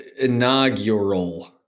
Inaugural